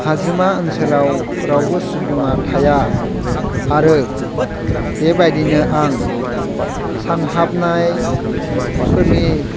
हाजोमा ओनसोलाव रावबो सुबुंआ थाया आरो बेबादिनो आं सानहाबनाय फोरनि